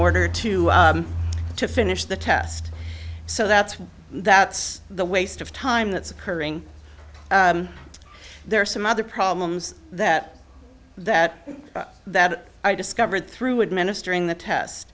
order to to finish the test so that's that's the waste of time that's occurring there are some other problems that that that i discovered through administering the test